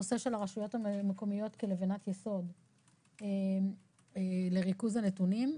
הנושא של הרשויות המקומיות כלבנת יסוד לריכוז הנתונים.